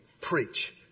preach